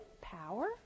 power